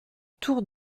tour